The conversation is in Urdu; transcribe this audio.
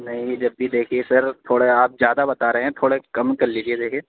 نہیں جب بھی دیکھیے سر تھوڑے آپ زیادہ بتا رہے ہیں تھوڑے کم کر لیجیے دیکھیے